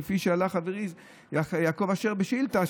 כפי שהעלה חברי יעקב אשר בשאילתה,